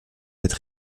cette